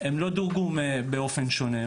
הם לא דורגו באופן שונה.